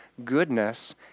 goodness